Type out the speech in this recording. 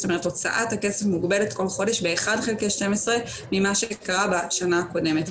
זאת אומרת הוצאת הכסף מוגבלת כל חודש ב-1/12 ממה שקרה בשנה הקודמת.